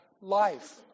life